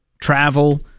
travel